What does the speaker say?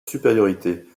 supériorité